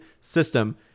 system